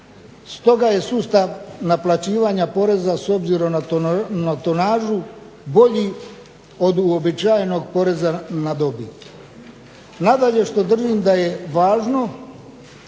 Stoga je sustav naplaćivanja poreza s obzirom na tonažu bolji od uobičajenog poreza na dobit. Nadalje što držim da je važno,